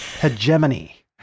hegemony